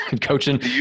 Coaching